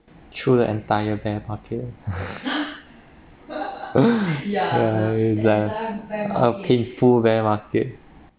through the entire bear market yeah it's that a painful bear market